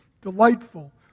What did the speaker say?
delightful